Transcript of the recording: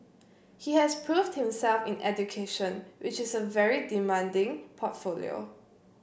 he has proved himself in education which is a very demanding portfolio